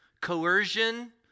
coercion